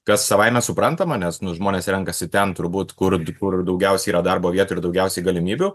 kas savaime suprantama nes nu žmonės renkasi ten turbūt kur kur daugiausiai yra darbo vietų ir daugiausiai galimybių